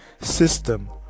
system